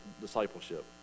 discipleship